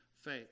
faith